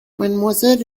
mademoiselle